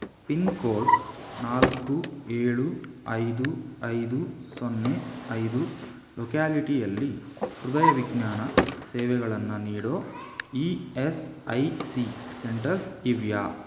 pin code ನಾಲ್ಕು ಏಳು ಐದು ಐದು ಸೊನ್ನೆ ಐದು ಲೊಕ್ಯಾಲಿಟಿಯಲ್ಲಿ ಹೃದಯವಿಜ್ಞಾನ ಸೇವೆಗಳನ್ನು ನೀಡೋ E S I C centres ಇವೆಯಾ